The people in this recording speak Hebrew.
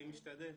אני משתדל.